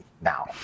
now